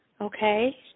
okay